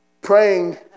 Praying